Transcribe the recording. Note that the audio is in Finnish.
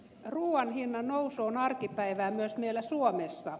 ruuan hinnan nousu on arkipäivää myös meillä suomessa